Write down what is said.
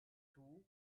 two